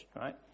right